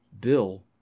Bill